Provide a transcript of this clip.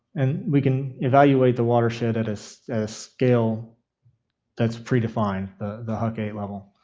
and we can evaluate the watershed at a so scale that's predefined, the the huc eight level.